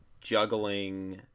juggling